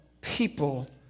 people